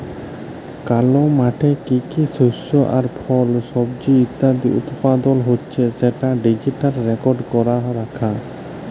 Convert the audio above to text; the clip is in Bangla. কল মাঠে কি কি শস্য আর ফল, সবজি ইত্যাদি উৎপাদল হচ্যে সেটা ডিজিটালি রেকর্ড ক্যরা রাখা